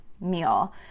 meal